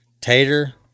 Tater